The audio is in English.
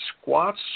squats